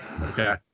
Okay